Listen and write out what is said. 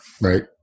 Right